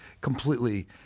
completely